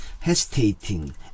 hesitating